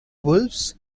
wolves